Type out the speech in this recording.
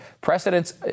Precedents